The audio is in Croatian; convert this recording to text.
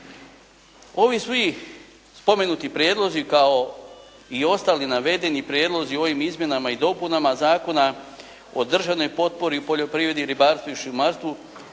Ovi svi spomenuti prijedlozi kao i ostali navedeni prijedlozi u ovim Izmjenama i dopunama zakona o državnoj potpori u poljoprivredi, ribarstvu i šumarstvu